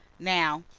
now,